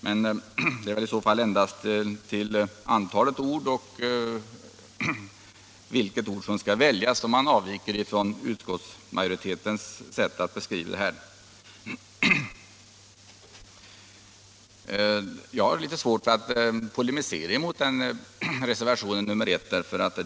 Men i så fall är det väl mer beträffande antalet ord och vilka ord som skall väljas som reservanterna avviker från utskottsmajoritetens skrivning. Jag har litet svårt att polemisera mot reservationen 1.